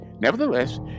Nevertheless